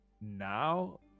now